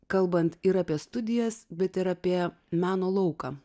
kalbant ir apie studijas bet ir apie meno lauką